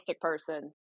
person